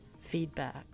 feedback